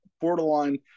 borderline